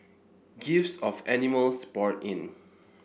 gifts of animals poured in